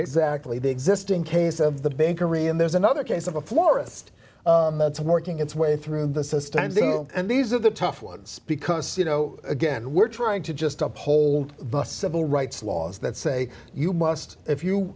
actually the existing case of the bakery and there's another case of a florist that's working its way through the system and these are the tough ones because you know again we're trying to just up whole d bust civil rights laws that say you must if you